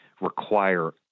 require